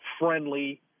friendly